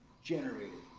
generate.